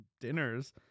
dinners